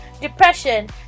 depression